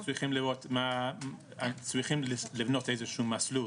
צריך לבנות מסלול.